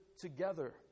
together